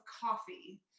coffee